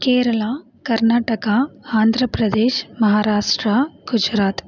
Kerala Karnataka Andhra Pradesh Maharashtra Gujarat